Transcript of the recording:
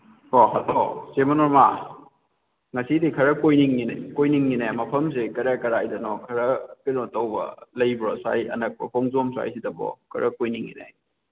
ꯑꯣ ꯍꯜꯂꯣ ꯆꯦ ꯃꯅꯣꯔꯃꯥ ꯉꯁꯤꯗꯤ ꯈꯔ ꯀꯣꯏꯅꯤꯡꯉꯤꯅꯦ ꯀꯣꯏꯅꯤꯡꯉꯤꯅꯦ ꯃꯐꯝꯁꯦ ꯀꯗꯥꯏ ꯀꯗꯥꯏꯗꯅꯣ ꯈꯔ ꯀꯩꯅꯣ ꯇꯧꯕ ꯂꯩꯕ꯭ꯔꯣ ꯁ꯭ꯋꯥꯏ ꯑꯅꯛꯄ ꯈꯣꯡꯖꯣꯝ ꯁ꯭ꯋꯥꯏꯁꯤꯗ ꯀꯣ ꯈꯔ ꯀꯣꯏꯅꯤꯡꯉꯤꯅꯦ